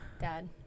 dad